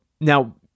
now